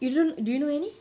you don't do you know any